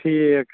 ٹھیٖک